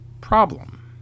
problem